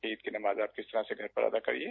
ईद की नमाज आप किस तरह से घर पर अदा करिये